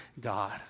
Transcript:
God